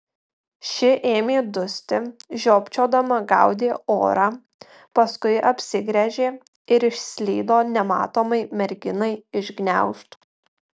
ši ėmė dusti žiopčiodama gaudė orą paskui apsigręžė ir išslydo nematomai merginai iš gniaužtų